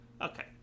okay